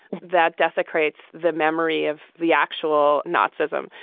that dessa creates the memory of the actual naziism.